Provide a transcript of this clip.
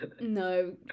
no